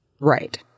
right